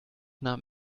nahm